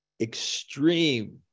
extreme